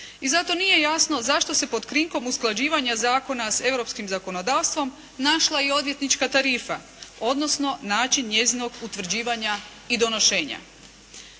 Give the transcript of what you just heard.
i zato nije jasno zašto se pod krinkom usklađivanja zakona s europskim zakonodavstvom našla i odvjetnička tarifa, odnosno način njezinog utvrđivanja i donošenja.